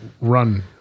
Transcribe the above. run